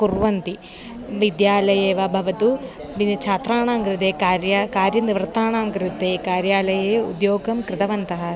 कुर्वन्ति विद्यालये वा भवतु दिने छात्राणां कृते कार्य कार्यनिवृत्तानां कृते कार्यालये उद्योगं कृतवन्तः